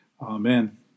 Amen